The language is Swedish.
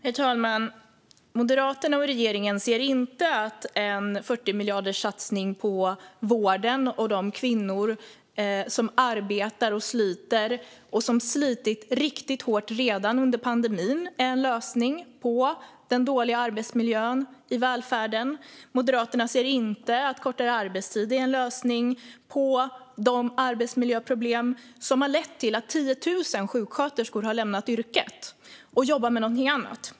Herr talman! Moderaterna och regeringen ser inte att en 40-miljarderssatsning på vården och de kvinnor som arbetar och sliter och som slitit riktigt hårt redan under pandemin är en lösning på den dåliga arbetsmiljön i välfärden. Moderaterna ser inte att kortare arbetstid är en lösning på de arbetsmiljöproblem som har lett till att 10 000 sjuksköterskor har lämnat yrket och jobbar med någonting annat.